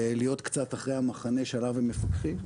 להיות קצת אחרי המחנה שעליו הם מפקחים,